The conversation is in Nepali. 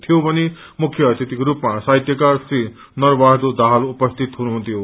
थियो भने मुख्य अतिथिको रूपमा साहित्यकार श्री नर बहादुर दाहाल उपस्थित हुनुहुन्थ्यो